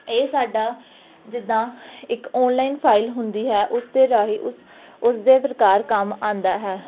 ਇਹ ਸਾਡਾ ਜਿੱਦਾਂ ਇੱਕ ਔਨਲਾਈਨ ਫਾਈਲ ਹੁੰਦੀ ਹੈ ਉਸ ਦੇ ਰਾਹੀਂ ਉਸ ਉਸਦੇ ਪ੍ਰਕਾਰ ਕੰਮ ਆਉਂਦਾ ਹੈ